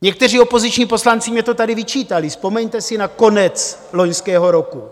Někteří opoziční poslanci mi to tady vyčítali, vzpomeňte si na konec loňského roku.